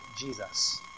Jesus